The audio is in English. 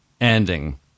ending